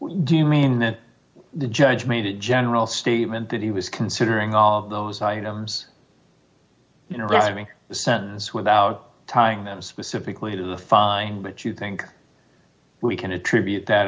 you mean that the judge made a general statement that he was considering all of those items you know driving the sentence without tying them specifically to the fine but you think we can attribute that